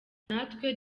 natwe